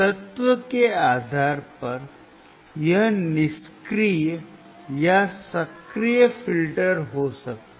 तत्व के आधार पर यह निष्क्रिय या सक्रिय फिल्टर हो सकता है